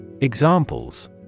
Examples